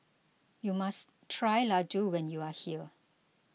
you must try Laddu when you are here